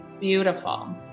Beautiful